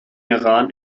iran